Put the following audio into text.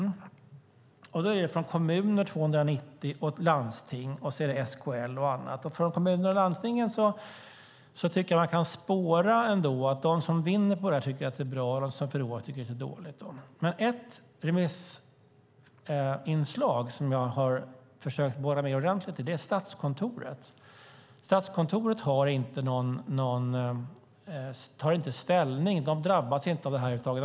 Det är 290 från kommuner och landsting, och sedan är det från SKL och andra. Från kommuner och landsting kan man ändå spåra att de som vinner tycker att förslaget är bra och de som förlorar tycker att det är dåligt. Men ett remissinslag som jag har försökt att borra ned mig i ordentligt är från Statskontoret. Statskontoret tar inte ställning och drabbas inte över huvud taget.